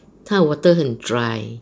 他 water 很 dry